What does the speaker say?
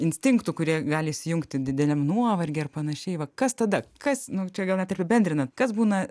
instinktų kurie gali įsijungti dideliam nuovargy ar panašiai va kas tada kas nu čia gal net ir apibendrina kas būna